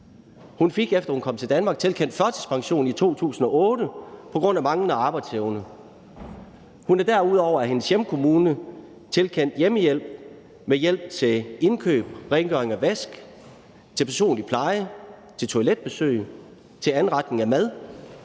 Hun fik, efter hun kom til Danmark, tilkendt førtidspension i 2008 på grund af manglende arbejdsevne. Hun er derudover af sin hjemkommune tilkendt hjemmehjælp med hjælp til indkøb, til rengøring og vask, til personlig pleje, til toiletbesøg, til anretning af mad